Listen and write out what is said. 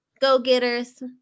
go-getters